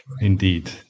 indeed